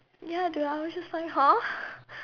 ya dude I was just like